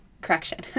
correction